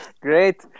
Great